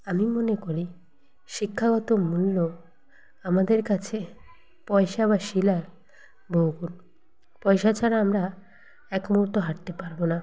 আমি মনে করি শিক্ষাগত মূল্য আমাদের কাছে পয়সা বা শিলার বহুগুণ পয়সা ছাড়া আমরা এক মুহুর্ত হাঁটতে পারবো না